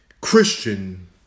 Christian